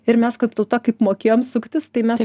ir mes kaip tauta kaip mokėjom suktis tai mes